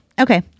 Okay